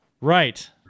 Right